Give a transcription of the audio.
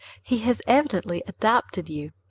he has evidently adopted you,